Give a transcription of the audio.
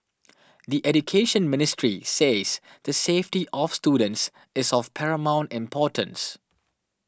the Education Ministry says the safety of students is of paramount importance